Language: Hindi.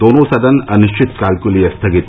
दोनों सदन अनिश्चित काल के लिए स्थगित